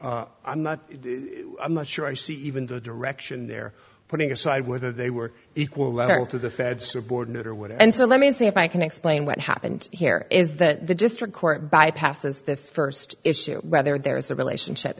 i'm not sure i see even the direction they're putting aside whether they were equal to the fed subordinate or what and so let me see if i can explain what happened here is that the district court bypasses this first issue whether there is a relationship